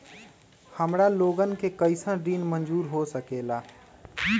हमार लोगन के कइसन ऋण मंजूर हो सकेला?